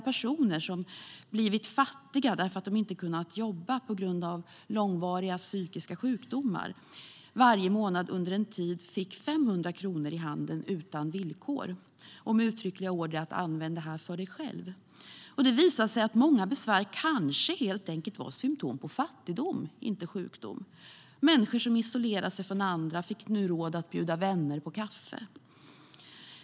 Personer som blivit fattiga för att de inte kunnat jobba på grund av långvarig psykisk sjukdom fick varje månad under en tid 500 kronor i handen utan villkor och med en uttrycklig order: Använd det här för dig själv! Det visade sig att många besvär kanske helt enkelt var symtom på fattigdom och inte på sjukdom. Människor som isolerade sig från andra fick nu råd att bjuda vänner på kaffe.